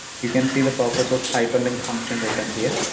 you can see the purpose of hyperlink function written here.